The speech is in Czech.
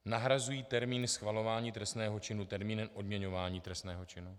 Nahrazují termín schvalování trestného činu termínem odměňování trestného činu.